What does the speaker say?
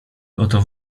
oto